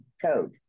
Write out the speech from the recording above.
code